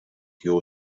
your